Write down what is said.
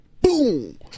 boom